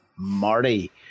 Marty